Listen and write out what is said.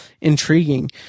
intriguing